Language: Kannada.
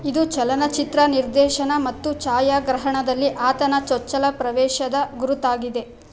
ಇದು ಚಲನಚಿತ್ರ ನಿರ್ದೇಶನ ಮತ್ತು ಛಾಯಾಗ್ರಹಣದಲ್ಲಿ ಆತನ ಚೊಚ್ಚಲ ಪ್ರವೇಶದ ಗುರುತಾಗಿದೆ